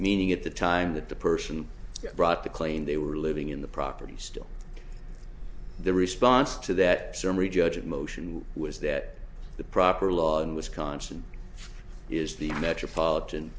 meaning at the time that the person that brought the claim they were living in the property still the response to that summary judgment motion was that the proper law in wisconsin is the metropolitan